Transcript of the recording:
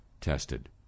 tested